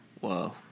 Whoa